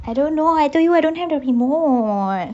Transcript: I don't know I tell you I don't have the remote